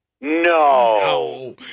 no